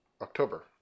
October